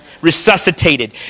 Resuscitated